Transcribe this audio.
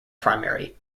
primary